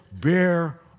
bear